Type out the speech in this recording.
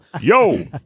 yo